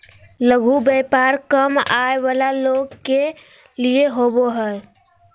लघु व्यापार कम आय वला लोग के लिए होबो हइ